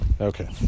Okay